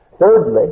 Thirdly